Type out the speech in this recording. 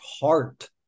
heart